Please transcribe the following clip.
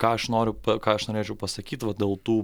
ką aš noriu ką aš norėčiau pasakyti vat dėl tų